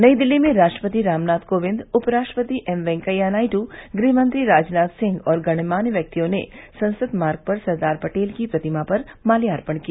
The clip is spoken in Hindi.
नई दिल्ली में राष्ट्रपति रामनाथ कोविंद उपराष्ट्रपति एम वैंकैया नायडू गृहमंत्री राजनाथ सिंह और गण्यमान्य व्यक्तियों ने संसद मार्ग पर सरदार पटेल की प्रतिमा पर माल्यार्पण किया